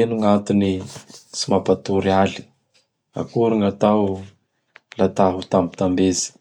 Ino gn'antony tsy mampatory aly? Akory gn'atao laha ta ho tambitambezy?